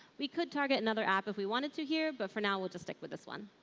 we could target another app if we wanted to here but for now we'll just stick with this one.